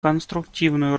конструктивную